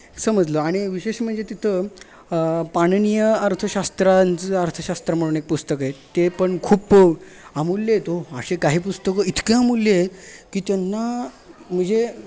समजलं आणि विशेष म्हणजे तिथं पाणिनीय अर्थशास्त्रांचं अर्थशास्त्र म्हणून एक पुस्तक आहे ते पण खूप अमूल्य आहेत हो असे काही पुस्तकं इतकी अमूल्य आहेत की त्यांना म्हणजे